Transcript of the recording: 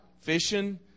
fishing